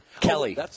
Kelly